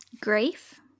grief